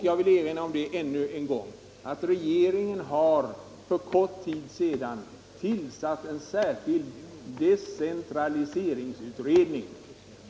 Jag vill också än en gång erinra om att regeringen för kort tid sedan har tillsatt en särskild decentraliseringsutredning.